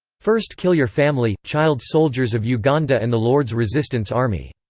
first kill your family child soldiers of uganda and the lord's resistance army.